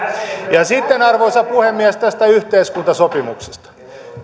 ja sitten arvoisa puhemies tästä yhteiskuntasopimuksesta